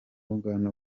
uganda